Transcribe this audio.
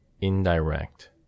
indirect